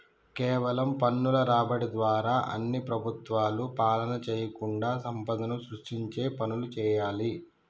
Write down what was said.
కేవలం పన్నుల రాబడి ద్వారా అన్ని ప్రభుత్వాలు పాలన చేయకుండా సంపదను సృష్టించే పనులు చేయాలి